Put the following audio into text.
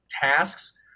tasks